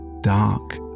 Dark